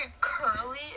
curly